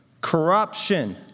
corruption